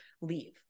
leave